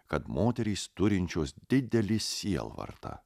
kad moterys turinčios didelį sielvartą